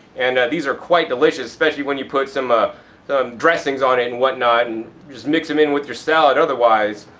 and these are quite delicious, specially when you put some ah dressings on it and what not, and you just mix them in with your salad otherwise.